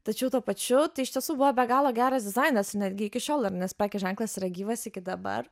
tačiau tuo pačiu tai iš tiesų buvo be galo geras dizainas netgi iki šiol ir nes prekės ženklas yra gyvas iki dabar